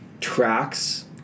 tracks